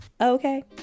okay